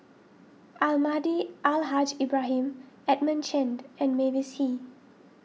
Almahdi Al Haj Ibrahim Edmund Chen and Mavis Hee